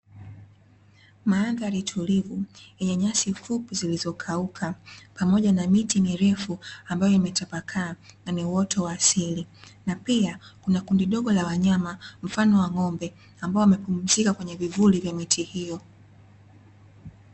Mandhari tulivu yenye nyasi fupi zilizokauka pamoja na miti mirefu ambayo imetapakaa na ni uoto wa asili na pia kuna kundi dogo la wanyama mfano wa ng'ombe ambao wamepumzika kwenye vivuli vya miti hio.